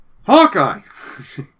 Hawkeye